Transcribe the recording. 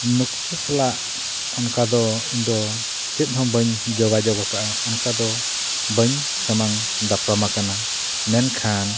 ᱱᱩᱠᱩ ᱠᱚ ᱥᱟᱞᱟᱜ ᱚᱱᱠᱟ ᱫᱚ ᱤᱧᱫᱚ ᱪᱮᱫᱦᱚᱸ ᱵᱟᱹᱧ ᱡᱳᱜᱟᱡᱳᱜᱽ ᱟᱠᱟᱜᱼᱟ ᱚᱱᱠᱟ ᱫᱚ ᱵᱟᱹᱧ ᱥᱟᱢᱟᱝ ᱫᱟᱯᱨᱟᱢ ᱟᱠᱟᱱᱟ ᱢᱮᱱᱠᱷᱟᱱ